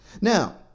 Now